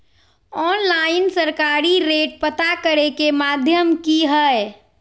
Online सरकारी rate पता करे के माध्यम की हय?